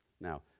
Now